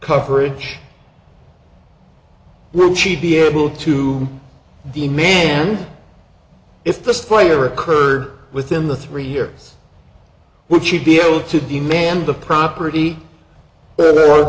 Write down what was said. coverage where she'd be able to the man if the slayer occurred within the three years we should be able to demand the property or